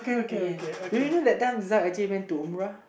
okay you know that time Zak actually went to umrah